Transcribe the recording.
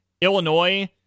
Illinois